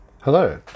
Hello